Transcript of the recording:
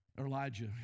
elijah